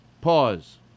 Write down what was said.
pause